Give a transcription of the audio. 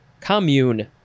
commune